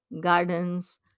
gardens